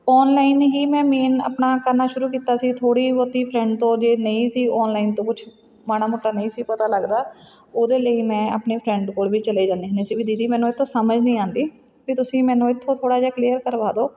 online ਹੀ ਮੈਂ ਮੇਨ ਆਪਣਾ ਕਰਨਾ ਸ਼ੁਰੂ ਕੀਤਾ ਸੀ ਥੋੜ੍ਹੀ ਬਹੁਤੀ ਫਰੈਂਡ ਤੋਂ ਜੇ ਨਹੀਂ ਸੀ ਔਨਲਾਈਨ ਤੋਂ ਕੁਛ ਮਾੜਾ ਮੋਟਾ ਨਹੀਂ ਸੀ ਪਤਾ ਲੱਗਦਾ ਉਹਦੇ ਲਈ ਮੈਂ ਆਪਣੇ ਫਰੈਂਡ ਕੋਲ ਵੀ ਚਲੇ ਜਾਂਦੀ ਹੁੰਦੀ ਸੀ ਵੀ ਦੀਦੀ ਮੈਨੂੰ ਇਹ ਤੋਂ ਸਮਝ ਨਹੀਂ ਆਉਂਦੀ ਵੀ ਤੁਸੀਂ ਮੈਨੂੰ ਇੱਥੋਂ ਥੋੜ੍ਹਾ ਜਿਹਾ ਕਲੀਅਰ ਕਰਵਾ ਦਿਉ